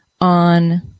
on